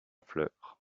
fleur